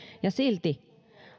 ja silti